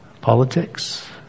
Politics